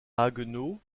haguenau